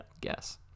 guess